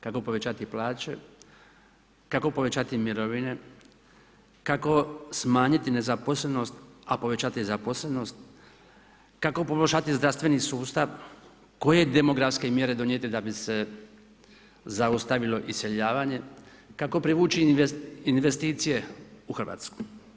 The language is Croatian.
Kako povećati plaće, kako povećati mirovine, kako smanjiti nezaposlenost a povećati zaposlenost, kako poboljšati zdravstveni sustav, koje demografske mjere donijeti da bi se zaustavilo iseljavanje, kako privući investicije u Hrvatsku.